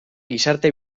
gizarte